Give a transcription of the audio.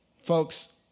Folks